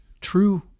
true